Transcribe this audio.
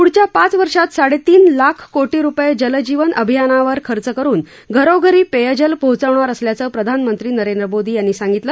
प्ढच्या पाच वर्षांत साडे तीन लाख कोटी रुपये जल जीवन अभियानावर खर्च करून घरोघरी पेयजल पोहोचवणार असल्याचं प्रधानमंत्री नरेंद्र मोदी यांनी सांगितलं